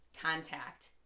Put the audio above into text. contact